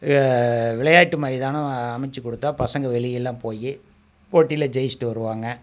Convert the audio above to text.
விளையாட்டு மைதானம் அமைச்சு கொடுத்தா பசங்க வெளியெல்லாம் போய் போட்டியில ஜெய்ச்சிவிட்டு வருவாங்க